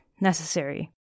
necessary